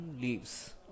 leaves